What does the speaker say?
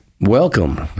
welcome